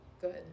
Good